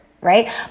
right